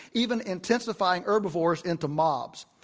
even intensifying herbivores into mobs.